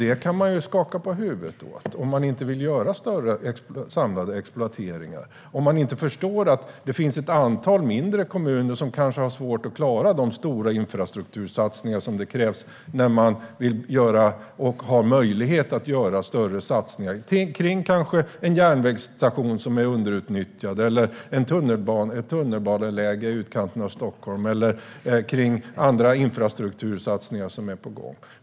Det kan man skaka på huvudet åt om man inte vill göra större samlade exploateringar och man inte förstår att det finns ett antal mindre kommuner som kanske har svårt att klara de stora infrastruktursatsningar som krävs när man vill och har möjlighet att göra större satsningar kring till exempel en järnvägsstation som är underutnyttjad, ett tunnelbaneläge i utkanten av Stockholm eller andra infrastruktursatsningar som är på gång.